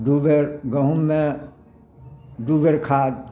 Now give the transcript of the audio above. दूबेर गहूँममे दूबेर खाद